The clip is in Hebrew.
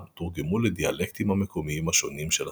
תורגמו לדיאלקטים המקומיים השונים של השפה.